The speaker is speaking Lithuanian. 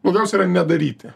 blogiausia yra nedaryti